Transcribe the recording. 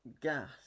gas